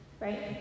Right